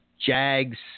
Jags